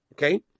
Okay